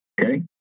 Okay